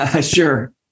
Sure